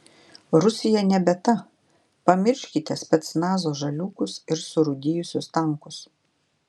rusija nebe ta pamirškite specnazo žaliūkus ir surūdijusius tankus